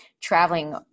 traveling